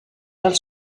els